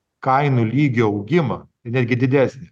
kainų lygio augimą netgi didesnį